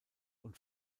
und